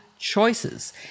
choices